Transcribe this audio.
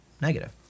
negative